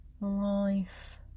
life